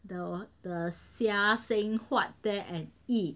the the seah seng huat there and eat